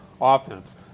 offense